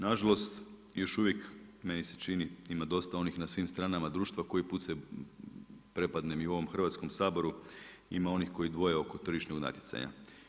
Nažalost, još uvijek meni se čini ima dosta onih na svim stranama društva, koji put se prepadnem i u ovom Hrvatskom saboru, ima onih koji dvoje oko tržišnog natjecanja.